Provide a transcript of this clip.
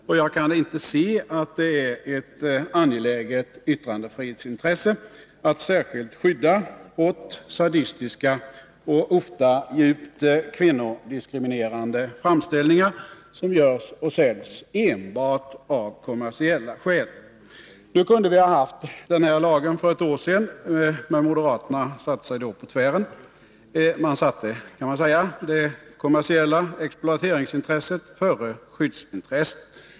Och jag kan inte se att det är ett angeläget yttrandefrihetsintresse att särskilt skydda rått sadistiska och ofta djupt kvinnodiskriminerande framställningar som görs och säljs enbart av kommersiella skäl. Vi kunde ha haft den här lagen för ett år sedan. Moderaterna satte sig då på tvären. De satte det kommersiella exploateringsintresset före skyddsintresset, kan man säga.